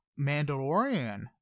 Mandalorian